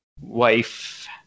wife